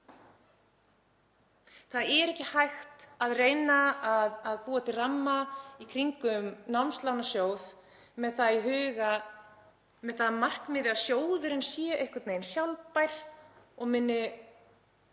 Það er ekki hægt að reyna að búa til ramma í kringum námslánasjóð með það að markmiði að sjóðurinn sé einhvern veginn sjálfbær og muni